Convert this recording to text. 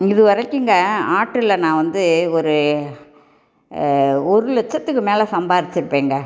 இதுவரைக்குங்கள் ஆட்டுல நான் வந்து ஒரு ஒரு லட்சத்துக்கு மேலே சம்பாதிச்சிருப்பேங்க